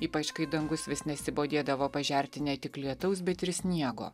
ypač kai dangus vis nesibodėdavo pažerti ne tik lietaus bet ir sniego